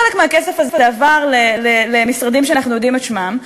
חלק מהכסף הזה עבר למשרדים שאנחנו יודעים את שמם,